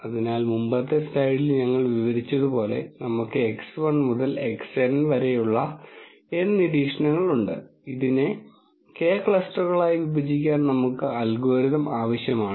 അതിനാൽ മുമ്പത്തെ സ്ലൈഡിൽ ഞങ്ങൾ വിവരിച്ചതുപോലെ നമുക്ക് x1 മുതൽ xN വരെയുള്ള N നിരീക്ഷണങ്ങൾ ഉണ്ട് ഇതിനെ K ക്ലസ്റ്ററുകളായി വിഭജിക്കാൻ നമ്മൾക്ക് അൽഗോരിതം ആവശ്യമാന്